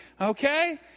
okay